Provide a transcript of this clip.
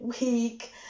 week